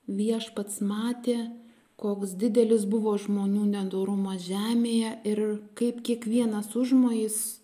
viešpats matė koks didelis buvo žmonių nedorumas žemėje ir kaip kiekvienas užmojis